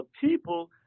people